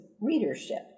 readership